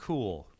Cool